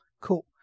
Cool